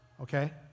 okay